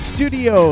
Studio